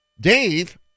Dave